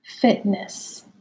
fitness